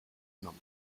nom